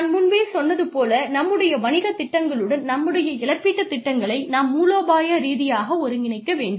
நான் முன்பே சொன்னது போல நம்முடைய வணிகத் திட்டங்களுடன் நம்முடைய இழப்பீட்டுத் திட்டங்களை நாம் மூலோபாய ரீதியாக ஒருங்கிணைக்க வேண்டும்